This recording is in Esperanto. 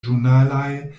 ĵurnalaj